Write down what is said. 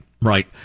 Right